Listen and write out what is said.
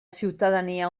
ciutadania